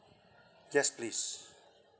yes please